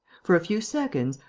for a few seconds,